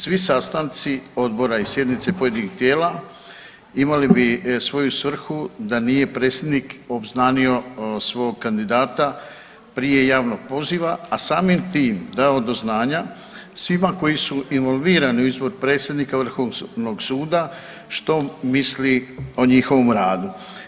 Svi sastanci odbora i sjednice pojedinih tijela imali bi svoju svrhu da nije Predsjednik obznanio svog kandidata prije javnog poziva a samim tim dao do znanja svima koji su involvirani u izbor predsjednika Vrhovnog suda, što misli o njihovom radu.